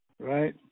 right